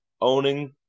owning